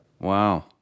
Wow